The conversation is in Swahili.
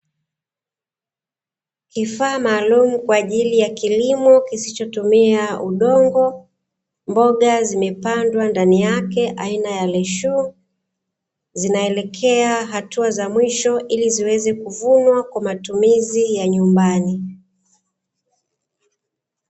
Kifaa maalumu kwa ajili ya kilimo kisichotumia udongo, mboga zimependwa ndani yake aina ya leshuu, zinaelekea hatua za mwisho ili ziweze kuvunwa kwa matumizi ya nyumbani.